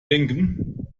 denken